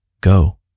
Go